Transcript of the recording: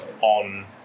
on